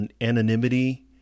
anonymity